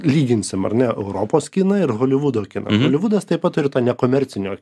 lyginsim ar ne europos kiną ir holivudo kiną holivudas taip pat turi tą nekomercinio